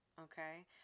Okay